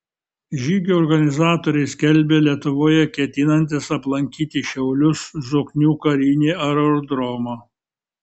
žygio organizatoriai skelbia lietuvoje ketinantys aplankyti šiaulius zoknių karinį aerodromą